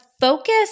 focus